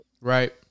Right